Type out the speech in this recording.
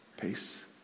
peace